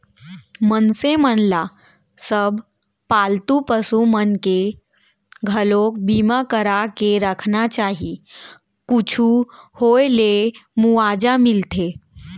मनसे मन ल सब पालतू पसु मन के घलोक बीमा करा के रखना चाही कुछु होय ले मुवाजा मिलथे